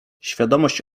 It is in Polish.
świadomość